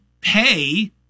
pay